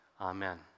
amen